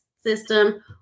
system